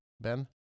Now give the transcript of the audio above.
Ben